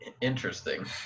Interesting